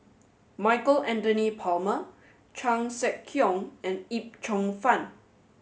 Michael Anthony Palmer Chan Sek Keong and Yip Cheong Fun